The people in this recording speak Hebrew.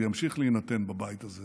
וימשיך להינתן בבית הזה